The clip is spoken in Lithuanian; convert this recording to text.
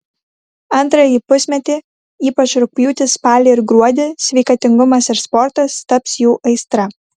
antrąjį pusmetį ypač rugpjūtį spalį ir gruodį sveikatingumas ir sportas taps jų aistra